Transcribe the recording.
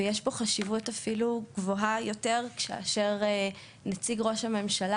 ויש פה חשיבות גבוהה יותר אפילו כאשר נציג ראש הממשלה